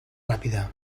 ràpida